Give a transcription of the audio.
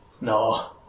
No